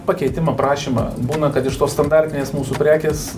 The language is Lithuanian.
pakeitimą prašymą būna kad iš tos standartinės mūsų prekės